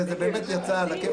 זה באמת יצא על הכיפק,